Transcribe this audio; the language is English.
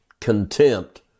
contempt